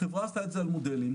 החברה עשתה את זה על מודלים.